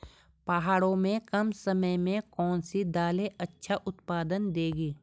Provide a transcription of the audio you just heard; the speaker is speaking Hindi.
पहाड़ों में कम समय में कौन सी दालें अच्छा उत्पादन देंगी?